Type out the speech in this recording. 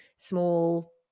small